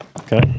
Okay